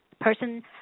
person